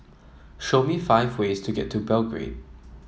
show me five ways to get to Belgrade